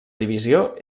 divisió